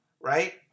right